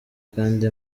kandi